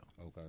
okay